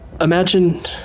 Imagine